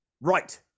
Right